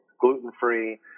gluten-free